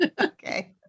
okay